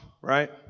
right